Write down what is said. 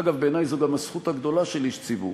אגב, בעיני זו גם הזכות הגדולה של איש ציבור.